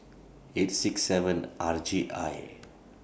eight six seven R J I